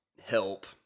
help